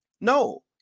No